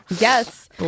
Yes